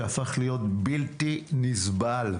שהפך להיות בלתי נסבל,